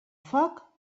foc